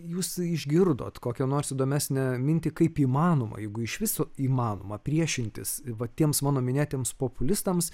jūs išgirdot kokią nors įdomesnę mintį kaip įmanoma jeigu iš viso įmanoma priešintis va tiems mano minėtiems populistams